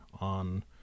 on